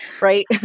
right